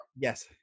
Yes